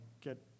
get